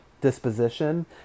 disposition